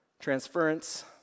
transference